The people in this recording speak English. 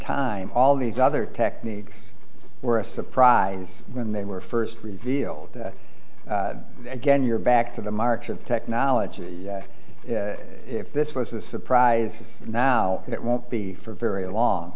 time all these other techniques were a surprise when they were first revealed that again you're back to the march of technology if this was a surprise now it won't be for very long